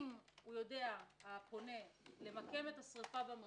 אם הפונה יודע למקם את השריפה במרחב